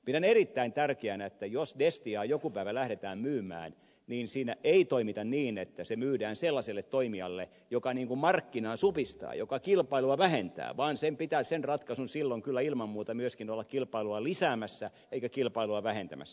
pidän erittäin tärkeänä että jos destiaa joku päivä lähdetään myymään siinä ei toimita niin että se myydään sellaiselle toimijalle joka markkinaa supistaa joka kilpailua vähentää vaan sen ratkaisun pitää silloin kyllä ilman muuta myöskin olla kilpailua lisäämässä eikä kilpailua vähentämässä